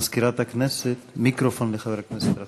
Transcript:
מזכירת הכנסת, מיקרופון לחבר הכנסת טרכטנברג.